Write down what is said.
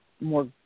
more